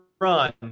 run